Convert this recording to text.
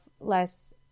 less